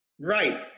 Right